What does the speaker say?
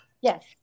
Yes